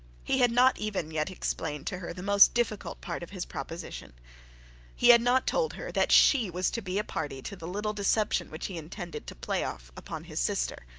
he had not even yet explained to her the most difficult part of his proposition he had not told her that she was to be a party to the little deception which he intended to play off upon his sister.